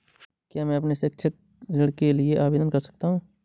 क्या मैं अपने शैक्षिक ऋण के लिए आवेदन कर सकता हूँ?